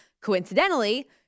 Coincidentally